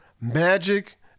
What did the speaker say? Magic